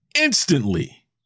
instantly